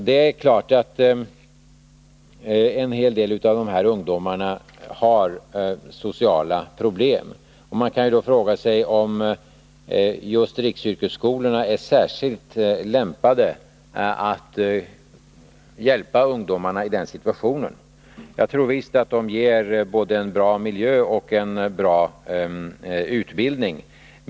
Det är klart att en hel del av dessa ungdomar har sociala problem. Man kan då fråga sig om just riksyrkesskolorna är särskilt lämpade för att hjälpa ungdomar i den situationen. Jag tror visst att de ger både en bra miljö och en bra utbildning.